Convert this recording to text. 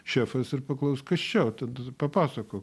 šefas ir paklaus kas čia o tad papasakok